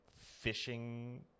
fishing